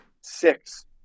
six